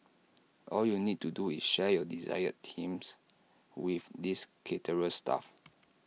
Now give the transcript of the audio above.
all you need to do is share your desired themes with this caterer's staff